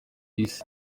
isi